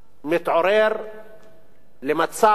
מתעורר למצב